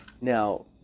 Now